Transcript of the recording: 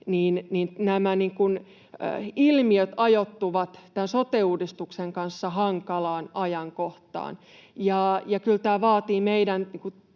nämä ilmiöt ajoittuvat tämän sote-uudistuksen kanssa hankalaan ajankohtaan. Ja kyllä tämä vaatii meidän